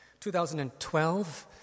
2012